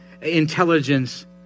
intelligence